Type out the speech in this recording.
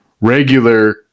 regular